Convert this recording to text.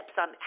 on